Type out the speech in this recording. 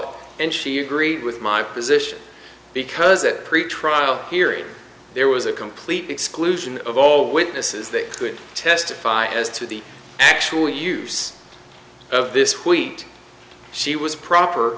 it and she agreed with my position because a pretrial hearing there was a complete exclusion of all witnesses that could testify as to the actual use of this wheat she was proper